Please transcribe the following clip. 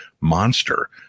monster